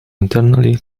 internally